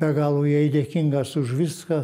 be galo jai dėkingas už viską